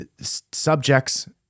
subjects